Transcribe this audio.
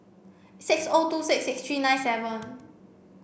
six O two six six three nine seven